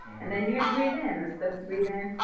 and then you're going to breathe in. let's breathe in.